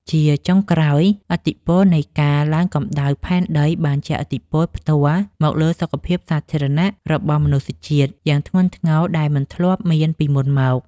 ជាចុងក្រោយ ឥទ្ធិពលនៃការឡើងកម្ដៅផែនដីបានជះឥទ្ធិពលផ្ទាល់មកលើសុខភាពសាធារណៈរបស់មនុស្សជាតិយ៉ាងធ្ងន់ធ្ងរដែលមិនធ្លាប់មានពីមុនមក។